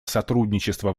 сотрудничество